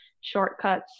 shortcuts